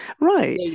right